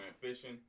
fishing